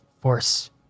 force